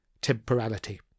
temporality